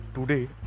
Today